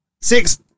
Six